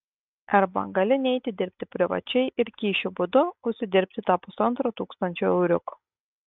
arba gali neiti dirbti privačiai ir kyšių būdu užsidirbti tą pusantro tūkstančio euriukų